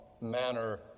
manner